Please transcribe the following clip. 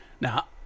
Now